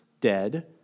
dead